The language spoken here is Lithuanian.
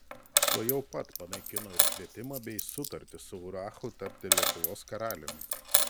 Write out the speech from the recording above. tuojau pat panaikino ir kvietimą bei sutartį su urachu tapti lietuvos karaliumi